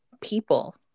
people